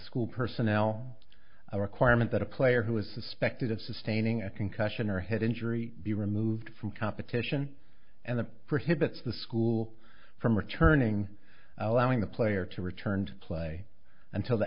school personnel a requirement that a player who is suspected of sustaining a concussion or head injury be removed from competition and the prohibits the school from returning allowing the player to returned play until the